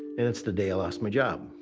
and it's the day i lost my job.